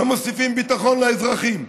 לא מוסיפים ביטחון לאזרחים,